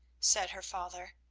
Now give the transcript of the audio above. said her father,